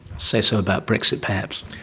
say so about brexit perhaps.